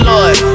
Lord